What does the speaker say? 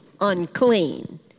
unclean